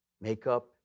makeup